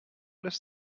lässt